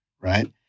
right